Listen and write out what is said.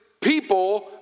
people